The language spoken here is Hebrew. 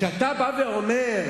כשאתה בא ואומר: